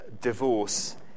divorce